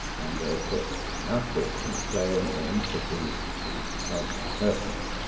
and they put enough bits from the clone in each of these two resulting persons.